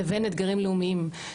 לבין אתגרים לאומיים.